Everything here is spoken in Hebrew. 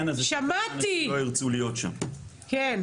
--- די,